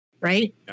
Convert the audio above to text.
Right